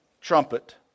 trumpet